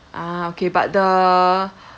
ah okay but the